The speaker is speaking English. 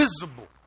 visible